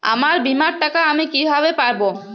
আমার বীমার টাকা আমি কিভাবে পাবো?